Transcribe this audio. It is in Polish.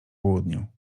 południu